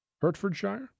Hertfordshire